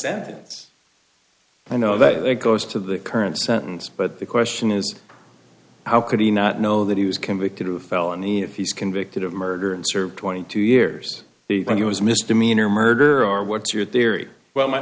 know that goes to the current sentence but the question is how could he not know that he was convicted of a felony if he's convicted of murder and served twenty two years when he was misdemeanor murder are what's your theory well my